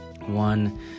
one